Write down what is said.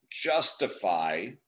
justify